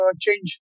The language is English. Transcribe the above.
change